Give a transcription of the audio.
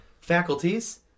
faculties